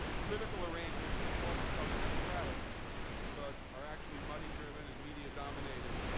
political arrangements that call themselves democratic but are actually money-driven and media-dominated.